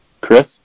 chris